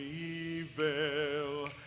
evil